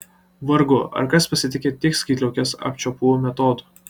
vargu ar kas pasitiki tik skydliaukės apčiuopų metodu